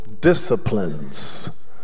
disciplines